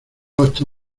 hasta